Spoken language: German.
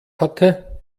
hatte